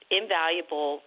invaluable